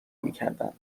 میکردند